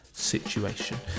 situation